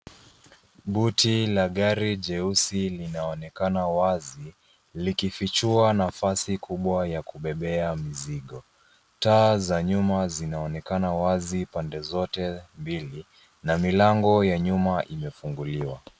Buti la gari jeusi linaonekana wazi likifijua nafasi kubwa ya kubebea mizigo. Taa za nyuma zinaonekana wazi pande zote mbili na milango ya nyuma imefunguliwa.